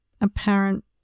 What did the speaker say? apparent